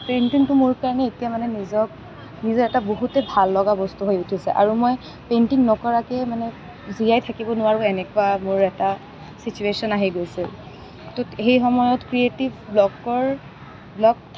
পেইণ্টিঙটো মোৰ কাৰণে এতিয়া মানে নিজক নিজৰ এটা বহুতেই ভাল লগা বস্তু হৈ উঠিছে আৰু মই পেইণ্টিং নকৰাকৈ মানে জীয়াই থাকিব নোৱাৰোঁ এনেকুৱা মোৰ এটা ছিটুৱেচন আহি গৈছে তো সেই সময়ত ক্ৰিয়েটিভ ব্লকৰ ব্লক